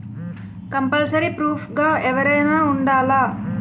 Compulsory proof గా ఎవరైనా ఉండాలా?